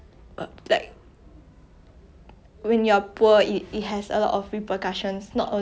it's not only like money issues like a lot of repercussions on your psychological health